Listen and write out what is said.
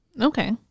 Okay